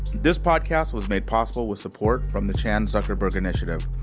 this podcast was made possible with support from the chan zuckerberg initiative,